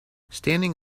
standing